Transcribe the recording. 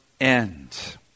end